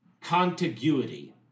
contiguity